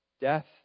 death